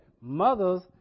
Mothers